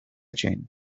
chain